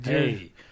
Hey